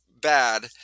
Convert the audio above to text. bad